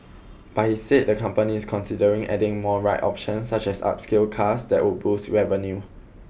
but he said the company is considering adding more ride options such as upscale cars that would boost revenue